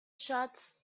shots